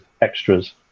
Extras